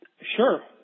Sure